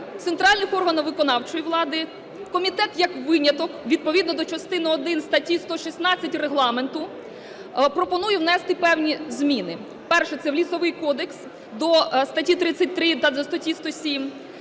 центральних органів виконавчої влади, комітет, як виняток, відповідно до частини один статті 116 Регламенту пропонує внести певні зміни. Перше, це в Лісовий кодекс – до статті 33 та статті 107,